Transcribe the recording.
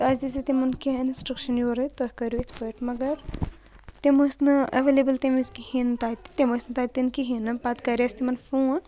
تہٕ اَسہِ دِژَے تِمَن کینٛہہ اِنَسٹرٛکشَن یورَے تۄہِہ کٔرِو یِتھ پٲٹھۍ مگر تِم ٲسۍ نہٕ اٮ۪وَلیبٕل تَمہِ وِز کِہینۍ تَتہِ تِم ٲسۍ نہٕ تَتٮ۪ن کِہینۍ پَتہٕ کَرے اَسہِ تِمَن فون